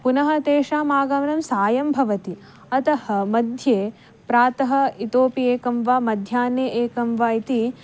पुनः तेषाम् आगमनं सायं भवति अतः मध्ये प्रातः इतोपि एकं वा मध्याह्ने एकं वा इति